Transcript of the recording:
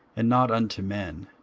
and not unto men